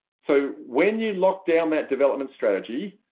so when you lock down that development strategy,